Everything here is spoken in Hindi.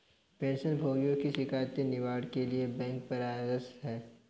पेंशन भोगियों की शिकायत निवारण के लिए बैंक प्रयासरत है